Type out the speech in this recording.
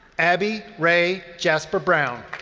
abby ray jasper brown.